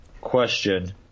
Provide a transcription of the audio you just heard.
question